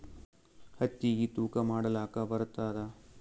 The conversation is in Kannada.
ಹತ್ತಿಗಿ ತೂಕಾ ಮಾಡಲಾಕ ಬರತ್ತಾದಾ?